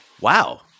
Wow